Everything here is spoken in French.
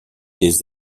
des